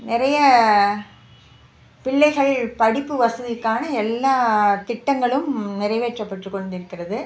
நிறைய பிள்ளைகள் படிப்பு வசதிக்கான எல்லா திட்டங்களும் நிறைவேற்றப்பட்டு கொண்டிருக்கிறது